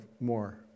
more